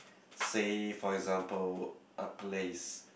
say for example a place